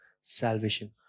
salvation